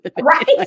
Right